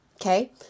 Okay